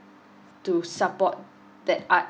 to support that art